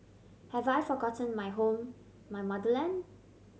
have I forgotten my home my motherland